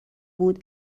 بود